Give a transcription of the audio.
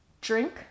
drink